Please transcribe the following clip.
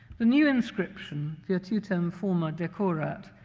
the new inscription, virtutem forma decorat,